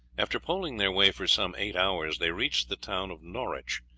after poling their way for some eight hours they reached the town of norwich,